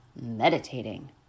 meditating